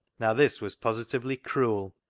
now this was positively cruel,